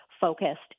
focused